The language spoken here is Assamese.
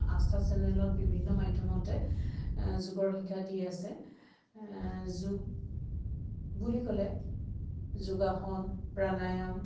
আস্থা ছেনেলত বিভিন্ন মাধ্যমতে যোগৰ শিক্ষা দি আছে যোগ বুলি ক'লে যোগাসন প্ৰাণায়ম